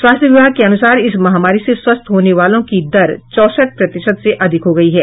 स्वास्थ्य विभाग के अनुसार इस महामारी से स्वस्थ होने वालों की दर चौसठ प्रतिशत से अधिक हो गयी है